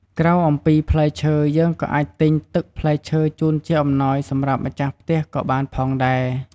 ក្រៅអំពីផ្លែឈើយើងក៏អាចទិញទឹកផ្លែឈើជូនជាអំណោយសម្រាប់ម្ចាស់ផ្ទះក៏បានផងដែរ។